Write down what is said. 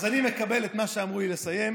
אז אני מקבל את מה שאמרו לי: לסיים.